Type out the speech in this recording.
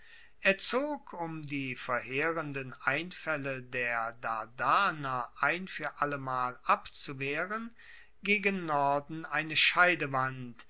er zog um die verheerenden einfaelle der dardaner ein fuer allemal abzuwehren gegen norden eine scheidewand